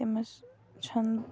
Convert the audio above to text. تٔمِس چھِنہٕ